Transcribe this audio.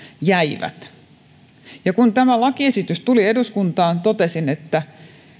jäivät kun tämä lakiesitys tuli eduskuntaan totesin että